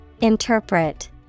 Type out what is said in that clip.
Interpret